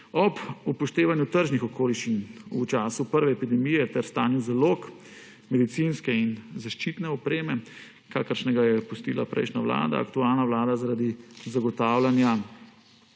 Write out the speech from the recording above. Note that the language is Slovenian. Ob upoštevanju tržnih okoliščin v času prve epidemije ter stanju zalog medicinske in zaščitne opreme, kakršnega je pustila prejšnja vlada, aktualna vlada zaradi zagotavljanja